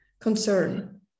concern